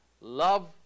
love